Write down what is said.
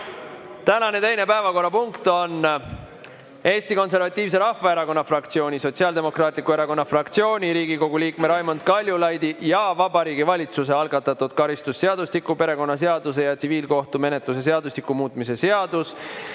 Tänane teine päevakorrapunkt on Eesti Konservatiivse Rahvaerakonna fraktsiooni, Sotsiaaldemokraatliku Erakonna fraktsiooni, Riigikogu liikme Raimond Kaljulaidi ja Vabariigi Valitsuse algatatud karistusseadustiku, perekonnaseaduse ja tsiviilkohtumenetluse seadustiku muutmise seaduse